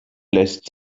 lässt